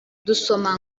dusoma